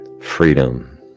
Freedom